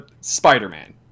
Spider-Man